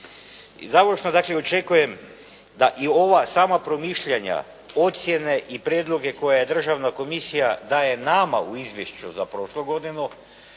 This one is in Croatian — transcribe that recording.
dakle očekujem da i ova sama promišljanja ocjene i prijedloge koje Državna komisija daje nama u izvješću za prošlu godinu